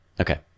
Okay